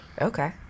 Okay